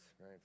right